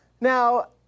Now